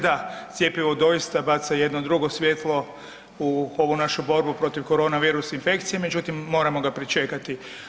Da, cjepivo doista baca jedno drugo svjetlo u ovu našu borbu protiv koronavirus infekcije, međutim, moramo ga pričekati.